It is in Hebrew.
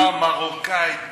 ארוחה מרוקאית טובה.